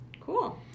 cool